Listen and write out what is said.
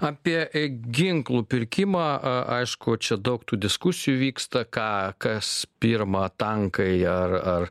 apie ginklų pirkimą aišku čia daug tų diskusijų vyksta ką kas pirma tankai ar ar